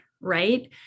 right